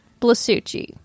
Blasucci